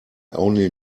only